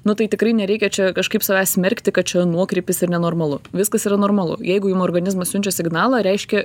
nu tai tikrai nereikia čia kažkaip savęs smerkti kad čia nuokrypis ir nenormalu viskas yra normalu jeigu jum organizmas siunčia signalą reiškia